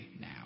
now